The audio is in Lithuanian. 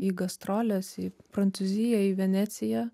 į gastroles į prancūziją į veneciją